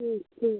अच्छा